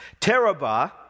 Terabah